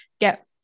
get